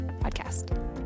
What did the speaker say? podcast